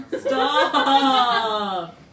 Stop